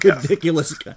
ridiculous